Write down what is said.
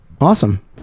awesome